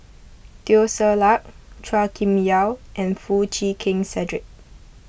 Teo Ser Luck Chua Kim Yeow and Foo Chee Keng Cedric